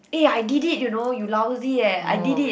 eh I did it you know you lousy eh I did it